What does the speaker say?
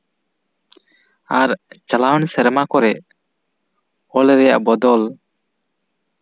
ᱟᱨ ᱪᱟᱞᱟᱣᱮᱱ ᱥᱮᱨᱢᱟ ᱠᱚᱨᱮᱜ ᱚᱞ ᱨᱮᱭᱟᱜ ᱵᱚᱫᱚᱞ